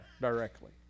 directly